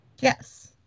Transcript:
Yes